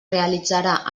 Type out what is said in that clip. realitzarà